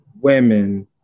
women